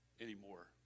anymore